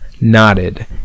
nodded